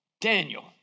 Daniel